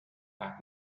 are